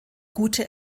gute